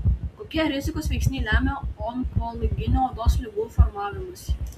kokie rizikos veiksniai lemia onkologinių odos ligų formavimąsi